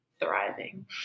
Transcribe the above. Thriving